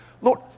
Lord